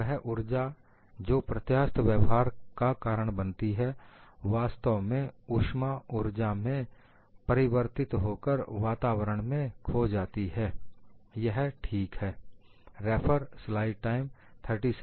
वह ऊर्जा जो प्रत्यास्थ व्यवहार का कारण बनती है वास्तव में ऊष्मा ऊर्जा में परिवर्तित होकर वातावरण में खो lost to the surroundings जाती है